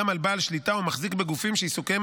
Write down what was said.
גם על בעל שליטה או מחזיק בגופים שעיסוקיהם